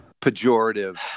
pejorative